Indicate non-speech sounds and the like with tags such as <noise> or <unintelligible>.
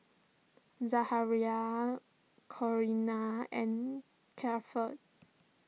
<unintelligible> Corinna and Keifer